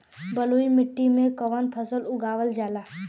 बलुई मिट्टी में कवन फसल उगावल जाला?